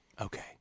Okay